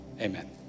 Amen